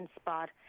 spot